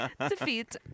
Defeat